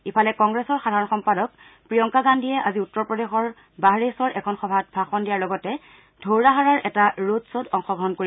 ইফালে কংগ্ৰেছৰ সাধাৰণ সম্পাদক প্ৰিংয়কা গান্ধীয়ে আজি উত্তৰ প্ৰদেশৰ বাহৰেইছৰ এখন সভাত ভাষণ দিয়াৰ লগতে ধৌৰাহাৰাৰ এটা ৰোড শ্বত অংশগ্ৰহণ কৰিব